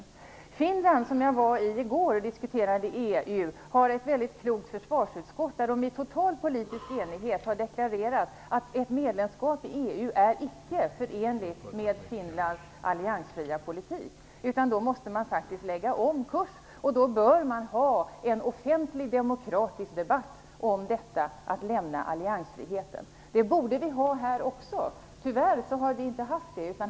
I Finland, där jag var i går och diskuterade EU, finns ett väldigt klokt försvarsutskott som i total politisk enighet har deklarerat att ett medlemskap i EU icke är förenligt med Finlands alliansfria politik, utan att man då faktiskt måste lägga om kurs. Då bör man ha en offentlig demokratisk debatt om att lämna alliansfriheten. Det borde vi ha här också. Tyvärr har vi inte haft det.